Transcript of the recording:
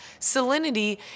salinity